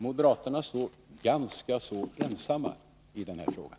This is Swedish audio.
Moderaterna står ganska ensamma i den här frågan.